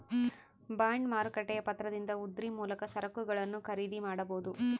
bond ಮಾರುಕಟ್ಟೆಯ ಪತ್ರದಿಂದ ಉದ್ರಿ ಮೂಲಕ ಸರಕುಗಳನ್ನು ಖರೀದಿ ಮಾಡಬೊದು